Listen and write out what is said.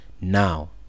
Now